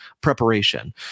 preparation